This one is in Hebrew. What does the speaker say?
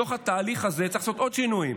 בתוך התהליך הזה צריך לעשות עוד שינוי,